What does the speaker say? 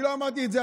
אני לא אמרתי את זה.